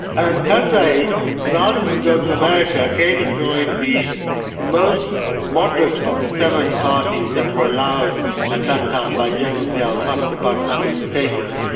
and kind of karzai, rather than go to america, came and joined the most moderate of the seven parties that were allowed at that time by general zia huq, the pakistani dictator,